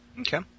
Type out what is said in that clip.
Okay